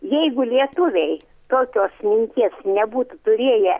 jeigu lietuviai tokios minties nebūtų turėję